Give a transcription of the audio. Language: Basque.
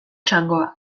txangoa